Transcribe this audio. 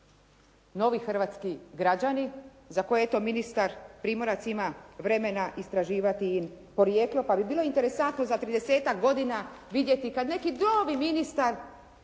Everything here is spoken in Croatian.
novi hrvatski građani za koje eto ministar Primorac ima vremena istraživati im porijeklo. Pa bi bilo interesantno za 30-tak godina vidjeti kad neki novi ministar